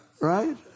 Right